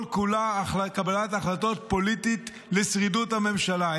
כל-כולה קבלת החלטות פוליטית לשרידות הממשלה.